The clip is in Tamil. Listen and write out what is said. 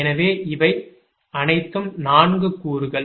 எனவே இவை அனைத்தும் 4 கூறுகள்